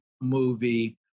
movie